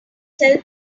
sell